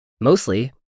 Mostly